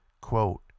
Quote